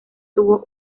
tuvo